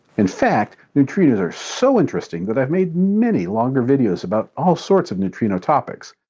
in fact, neutrinos are so interesting that i've made many longer videos about all sorts of neutrino topics.